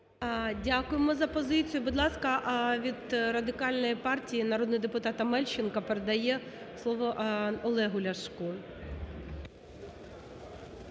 Дякуємо за позицію. Будь ласка, від Радикальної партії народний депутат Омельченко передає слово Олегу Ляшку.